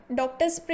doctors